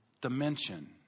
dimension